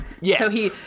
Yes